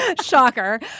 Shocker